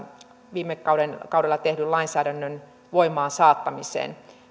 viime kaudella tehdyn lainsäädännön voimaan saattamiseen